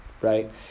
right